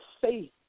faith